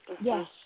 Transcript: Yes